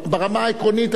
ברמה העקרונית,